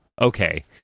okay